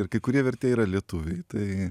ir kai kurie vertėjai yra lietuviai tai